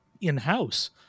in-house